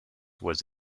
was